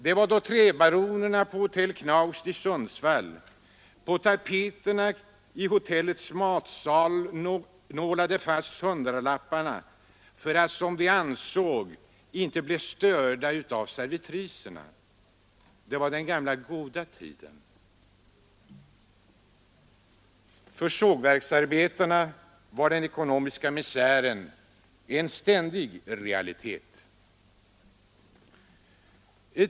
Det var då träbaronerna på hotell Knaust i Sundsvall på tapeterna i hotellets matsal nålade fast hundralappar för att, som de menade, inte bli störda av servitriserna. Det var ”den gamla goda tiden”. För sågverksarbetarna var den ekonomiska misären en ständig realitet.